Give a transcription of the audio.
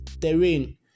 terrain